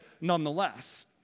nonetheless